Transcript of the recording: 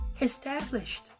established